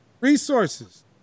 Resources